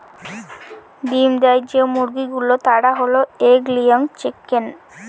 ডিম দেয় যে মুরগি গুলো তারা হল এগ লেয়িং চিকেন